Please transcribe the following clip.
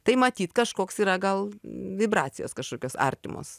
tai matyt kažkoks yra gal vibracijos kažkokios artimos